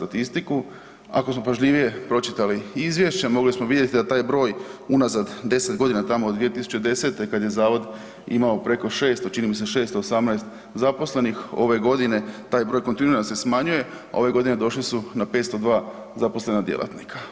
Ako smo pažljivije pročitali izvješće, mogli smo vidjeti da taj broj unazad 10 godina, tamo od 2010. kad je Zavod imao preko 600, čini mi se 618 zaposlenih, ove godine taj broj kontinuirano se smanjuje, a ove godine došli su na 502 zaposlena djelatnika.